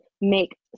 make